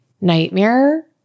nightmare